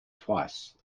twice